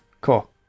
Cool